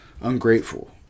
ungrateful